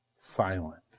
silent